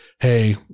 hey